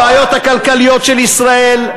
הבעיות הכלכליות של ישראל,